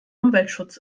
umweltschutz